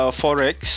forex